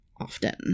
often